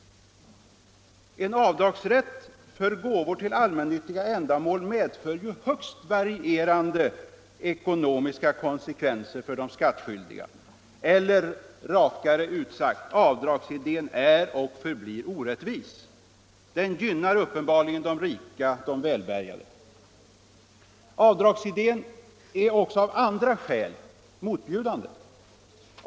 En avdragsrätt för gåvor till allmännyttiga ändamål medför ju högst varierande ekonomiska konsekvenser för de skattskyldiga. Eller rakare utsagt: Avdragsidén är och förblir orättvis. Den gynnar uppenbarligen de rika, de välbärgade. Avdragsidén är också av andra skäl motbjudande.